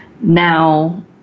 now